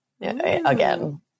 again